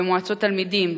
במועצות תלמידים,